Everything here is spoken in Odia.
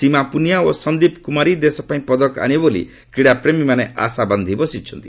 ସୀମା ପୁନିଆ ଓ ସନ୍ଦୀପ କୁମାରୀ ଦେଶ ପାଇଁ ପଦକ ଆଶିବେ ବୋଲି କ୍ରୀଡ଼ାପ୍ରେମୀ ମାନେ ଆଶା ବାନ୍ଧି ବସିଛନ୍ତି